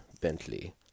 Bentley